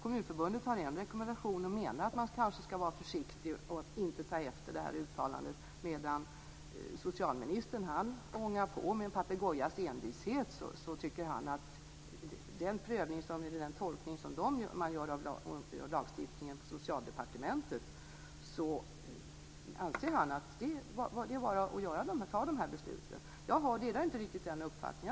Kommunförbundet har en rekommendation att man kanske ska vara försiktig och inte ta efter det här uttalandet, medan socialministern ångar på med en papegojas envishet och tycker att med den tolkning som Socialdepartementet gör av lagstiftningen är det bara att ta de här besluten. Jag delar inte den uppfattningen.